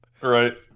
Right